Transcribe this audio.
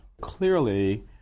Clearly